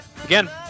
Again